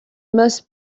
must